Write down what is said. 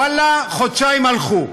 ואללה, חודשיים הלכו.